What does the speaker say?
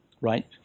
Right